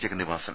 Jagannivasan